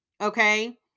Okay